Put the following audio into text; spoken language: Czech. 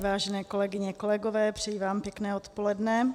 Vážené kolegyně, kolegové, přeji vám pěkné odpoledne.